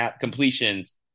completions